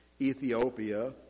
Ethiopia